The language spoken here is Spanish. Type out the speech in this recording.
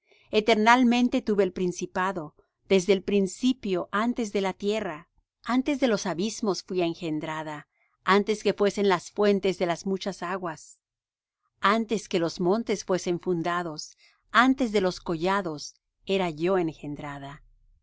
eternalmente tuve el principado desde el principio antes de la tierra antes de los abismos fuí engendrada antes que fuesen las fuentes de las muchas aguas antes que los montes fuesen fundados antes de los collados era yo engendrada